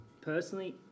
personally